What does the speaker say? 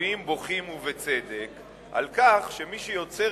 הנביאים בוכים ובצדק על כך שמי שיוצר